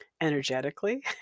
energetically